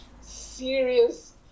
serious